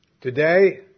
Today